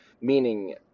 meaning